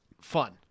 fun